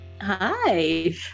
Hi